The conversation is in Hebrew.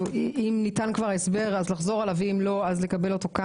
לא, הם היו נפרדים ואז מוזגו.